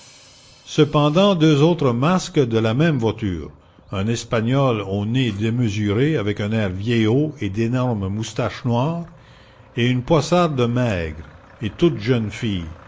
cependant deux autres masques de la même voiture un espagnol au nez démesuré avec un air vieillot et d'énormes moustaches noires et une poissarde maigre et toute jeune fille